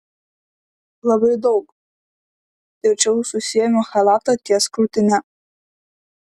labai daug tvirčiau susiėmiau chalatą ties krūtine